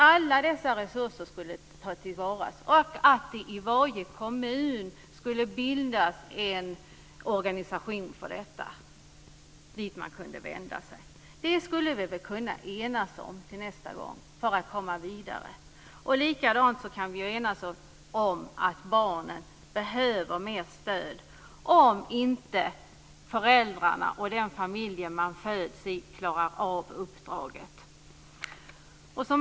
Alla dessa resurser skulle tas till vara och i varje kommun skulle det bildas en organisation för detta dit man kunde vända sig. Detta skulle vi väl kunna enas om nästa gång för att kunna komma vidare? Vi kan väl också enas om att barnen behöver mer stöd om inte föräldrarna och den familj de föds in i klarar av uppdraget.